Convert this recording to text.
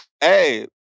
hey